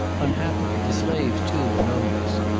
unhappily the slaves, too, know this,